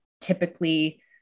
typically